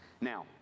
Now